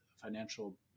financial